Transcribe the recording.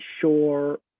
sure